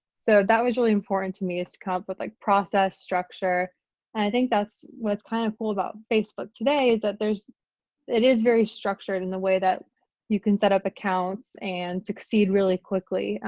so that was really important to me is to come up with like process, structure and i think that's what's kind of cool about facebook today is that there's it is very structured in a way that you can set up accounts and succeed really quickly.